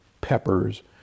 peppers